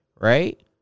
right